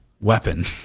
weapon